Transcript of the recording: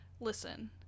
listen